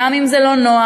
גם אם זה לא נוח,